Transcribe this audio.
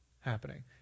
happening